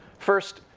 first,